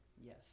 Yes